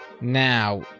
Now